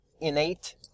innate